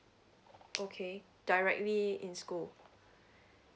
okay directly in school